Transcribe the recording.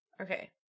Okay